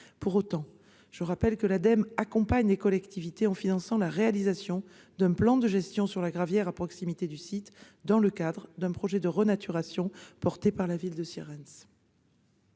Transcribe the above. Pour autant, l'Ademe accompagne les collectivités, je le rappelle, en finançant la réalisation d'un plan de gestion sur la gravière à proximité du site, dans le cadre d'un projet de renaturation porté par la ville de Sierentz.